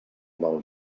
del